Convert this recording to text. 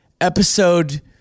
Episode